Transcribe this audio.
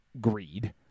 greed